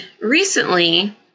recently